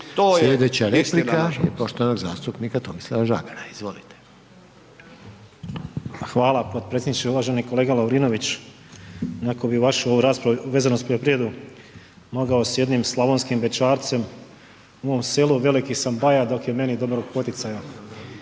Slijedeća replika poštovanog zastupnika Tomislava Žagara, izvolite. **Žagar, Tomislav (HSU)** Hvala, potpredsjedniče. Uvaženi kolega Lovrinović, netko bi vašu ovu raspravu vezano uz poljoprivredu mogao sa jednom slavonskim bećarcem „u mom selu veliki sam baja, dok je meni dobrog poticaja“.